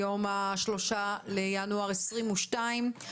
היום 3 בינואר 2022,